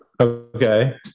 Okay